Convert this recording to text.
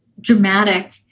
dramatic